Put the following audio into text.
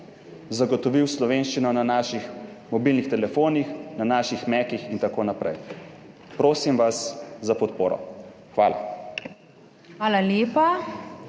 zagotovile slovenščino na naših mobilnih telefonih, na naših macih in tako naprej. Prosim vas za podporo. Hvala. PREDSEDNICA